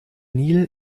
nil